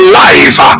life